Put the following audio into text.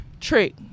trick